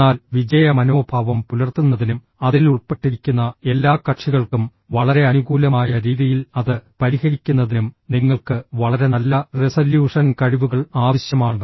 എന്നാൽ വിജയ മനോഭാവം പുലർത്തുന്നതിനും അതിൽ ഉൾപ്പെട്ടിരിക്കുന്ന എല്ലാ കക്ഷികൾക്കും വളരെ അനുകൂലമായ രീതിയിൽ അത് പരിഹരിക്കുന്നതിനും നിങ്ങൾക്ക് വളരെ നല്ല റെസല്യൂഷൻ കഴിവുകൾ ആവശ്യമാണ്